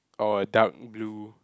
oh a dark blue